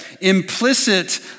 implicit